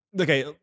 Okay